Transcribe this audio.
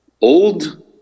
old